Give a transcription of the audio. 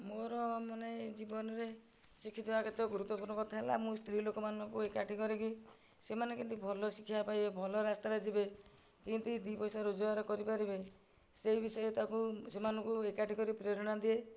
ମୋର ମାନେ ଜୀବନରେ ଶିଖିଥିବା କେତେ ଗୁରୁତ୍ୱପୂର୍ଣ୍ଣ କଥା ହେଲା ମୁଁ ସ୍ତ୍ରୀଲୋକମାନଙ୍କୁ ଏକାଠି କରିକି ସେମାନେ କେମିତି ଭଲ ଶିକ୍ଷା ପାଇବେ ଭଲ ରାସ୍ତାରେ ଯିବେ କେମିତି ଦି ପଇସା ରୋଜଗାର କରି ପାରିବେ ସେହି ବିଷୟରରେ ତାଙ୍କୁ ସେମାନଙ୍କୁ ଏକାଠି କରି ପ୍ରେରଣା ଦିଏ